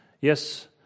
Yes